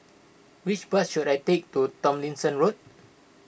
which bus should I take to Tomlinson Road